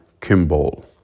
Kimball